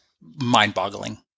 mind-boggling